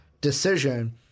decision